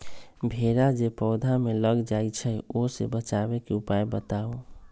भेरा जे पौधा में लग जाइछई ओ से बचाबे के उपाय बताऊँ?